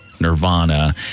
Nirvana